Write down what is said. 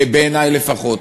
בעיני לפחות.